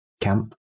camp